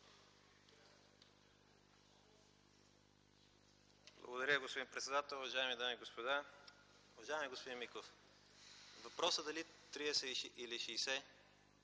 Благодаря, господин председател. Уважаеми дами и господа, уважаеми господин Миков! Въпросът дали 30 или 60